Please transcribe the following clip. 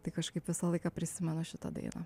tai kažkaip visą laiką prisimenu šitą dainą